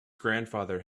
grandfather